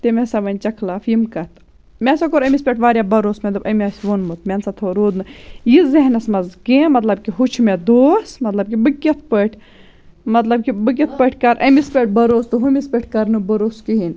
تٔمۍ ہَسا وۄنۍ ژےٚ خٕلاف یِم کَتھ مےٚ ہَسا کوٚر أمِس پٮ۪ٹھ وارِیاہ بَروسہٕ مےٚ دوٚپ أمۍ آسہِ ووٚنمُت مےٚ نَسا تھوٚو روٗد نہٕ یہِ ذہنَس منٛز کیٚنٛہہ مطلب کہِ ہُہ چھُ مےٚ دوس مطلب کہِ بہٕ کِتھ پٲٹھۍ مطلب کہِ بہٕ کِتھ پٲٹھۍ کَرٕ أمِس پٮ۪ٹھ بَروسہٕ تہٕ ہُمِس پٮ۪ٹھ کَرنہٕ بَروسہٕ کِہیٖنۍ